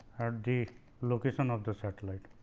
at the location of the satellite.